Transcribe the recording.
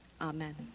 amen